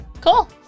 Cool